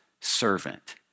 servant